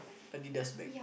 Adidas bag